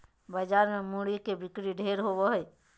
बाजार मे मूरी के बिक्री ढेर होवो हय